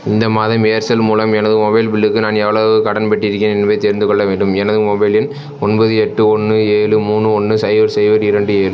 இந்த மாதம் ஏர்செல் மூலம் எனது மொபைல் பில்லுக்கு நான் எவ்வளவு கடன்பட்டிருக்கிறேன் என்பதைத் தெரிந்துகொள்ள வேண்டும் எனது மொபைல் எண் ஒன்பது எட்டு ஒன்று ஏழு மூணு ஒன்று சைபர் சைபர் இரண்டு ஏழு